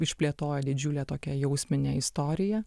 išplėtojo didžiulę tokią jausminę istoriją